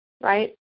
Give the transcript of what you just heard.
right